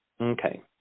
okay